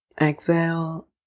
Exhale